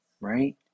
right